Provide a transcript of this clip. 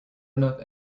enough